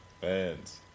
Fans